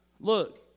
Look